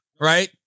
right